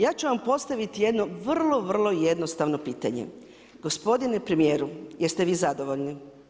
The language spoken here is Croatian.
Ja ću vam postaviti jedno vrlo, vrlo jednostavno pitanje, gospodine premijeru jest vi zadovoljni?